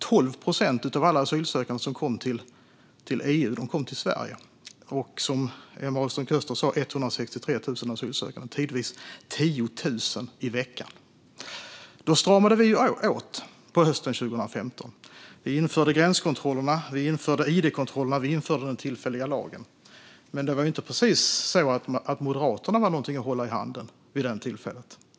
12 procent av alla asylsökande som kom till EU kom till Sverige. Och som Emma Ahlström Köster sa var det 163 000 asylsökande. Tidvis var det 10 000 i veckan. Vi stramade åt på hösten 2015. Vi införde gränskontrollerna. Vi införde id-kontrollerna. Vi införde den tillfälliga lagen. Men det var inte precis så att Moderaterna var något att hålla i handen vid det tillfället.